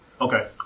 Okay